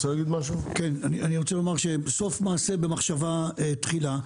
אני רוצה לומר שסוף מעשה במחשבה תחילה.